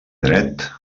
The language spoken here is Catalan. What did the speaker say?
dret